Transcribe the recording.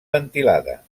ventilada